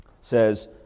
says